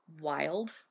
wild